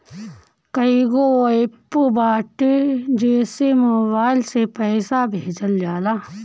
कईगो एप्प बाटे जेसे मोबाईल से पईसा भेजल जाला